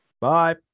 Bye